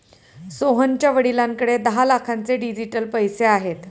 सोहनच्या वडिलांकडे दहा लाखांचे डिजिटल पैसे आहेत